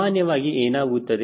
ಸಾಮಾನ್ಯವಾಗಿ ಏನಾಗುತ್ತದೆ